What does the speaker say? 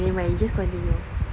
okay never mind you just continue